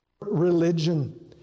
religion